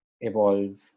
evolve